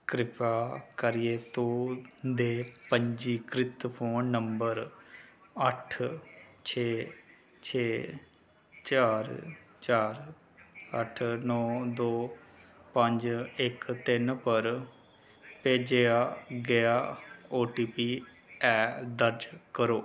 कृपा करियै तुं'दे पंजीकृत फोन नंबर अट्ठ छे छे चार चार अट्ठ नौ दो पंज इक तिन्न पर भेजेआ गेआ ओ टी पी ऐ दर्ज करो